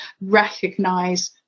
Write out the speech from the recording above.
recognize